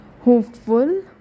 hopeful